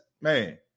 man